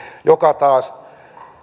joka taas